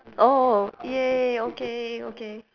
orh !yay! okay okay